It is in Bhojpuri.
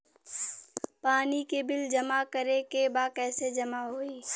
पानी के बिल जमा करे के बा कैसे जमा होई?